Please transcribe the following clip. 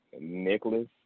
Nicholas